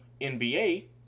NBA